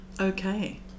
Okay